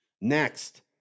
Next